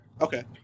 Okay